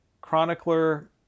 Chronicler